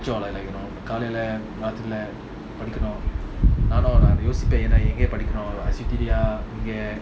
காலைலராத்திரிலபடிக்கணும்நானும்யோசிப்பேன்எங்கபடிக்கணும்னு:kalaila rathirila padikanum nanum yosipen enga padikanumnu